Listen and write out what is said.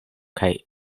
kaj